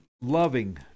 loving